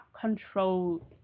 control